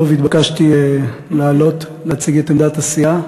טוב, התבקשתי לעלות להציג את עמדת הסיעה.